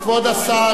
כבוד השר,